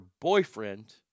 boyfriend